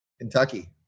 Kentucky